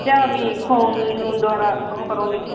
ਜਾ ਵੀ ਫੋਨ ਨੂੰ ਦੁਬਾਰਾ ਉਹ ਕਰੋਗੇ